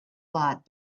lot